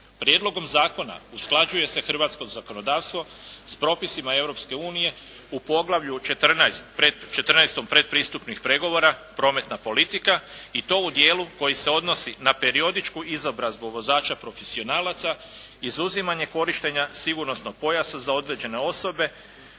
Prijedlogom zakona usklađuje se hrvatsko zakonodavstvo sa propisima Europske unije u poglavlju 14., 14.-om predpristupnih pregovora, prometna politika i to u dijelu koji se odnosi na periodičku izobrazbu vozača profesionalaca, izuzimanje korištenja sigurnosnog pojasa za određene osobe